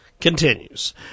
continues